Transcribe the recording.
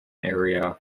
area